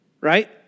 right